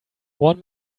one